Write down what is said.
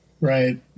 Right